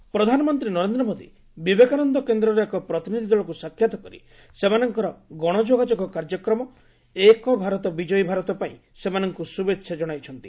ମୋଦୀ ବିବେକାନନ୍ଦ କେନ୍ଦ୍ର ପ୍ରଧାନମନ୍ତ୍ରୀ ନରେନ୍ଦ୍ର ମୋଦୀ ବିବେକାନନ୍ଦ କେନ୍ଦ୍ରର ଏକ ପ୍ରତିନିଧି ଦଳକୁ ସାକ୍ଷାତ କରି ସେମାନଙ୍କର ଗଣ ଯୋଗାଯୋଗ କାର୍ଯ୍ୟକ୍ରମ 'ଏକ ଭାରତ ବିଜୟୀ ଭାରତ' ପାଇଁ ସେମାନଙ୍କୁ ଶୁଭେଚ୍ଛା କଣାଇଛନ୍ତି